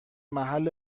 محل